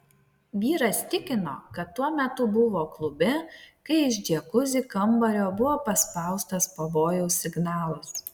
vyras tikino kad tuo metu buvo klube kai iš džiakuzi kambario buvo paspaustas pavojaus signalas